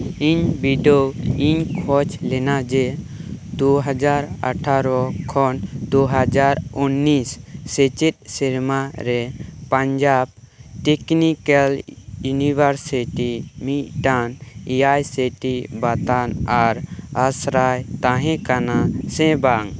ᱤᱧ ᱵᱤᱰᱟᱹᱣ ᱤᱧ ᱠᱷᱚᱡᱽ ᱞᱮᱱᱟ ᱡᱮ ᱫᱩ ᱦᱟᱡᱟᱨ ᱟᱴᱷᱟᱨᱚ ᱠᱷᱚᱱ ᱫᱩ ᱦᱟᱡᱟᱨ ᱩᱱᱤᱥ ᱥᱮᱪᱮᱫ ᱥᱮᱨᱢᱟ ᱨᱮ ᱯᱟᱧᱡᱟᱵᱽ ᱴᱮᱠᱱᱤᱠᱮᱞ ᱤᱭᱩᱱᱤᱵᱷᱟᱨᱥᱤᱴᱤ ᱢᱤᱫᱴᱟᱝ ᱮᱹ ᱟᱭ ᱥᱮᱴᱤ ᱵᱟᱛᱟᱱ ᱟᱱ ᱟᱥᱨᱟᱭ ᱛᱟᱦᱮᱸᱠᱟᱱᱟ ᱥᱮ ᱵᱟᱝ